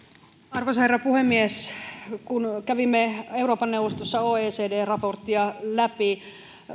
arvoisa herra puhemies kun kävimme euroopan neuvostossa oecd raporttia läpi